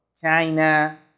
China